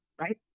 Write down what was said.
right